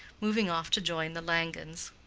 moving off to join the langens.